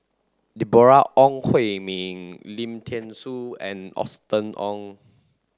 Deborah Ong Hui Min Lim Thean Soo and Austen Ong